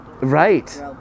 Right